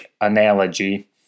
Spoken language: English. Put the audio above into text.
analogy